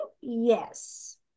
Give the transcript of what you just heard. yes